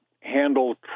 handle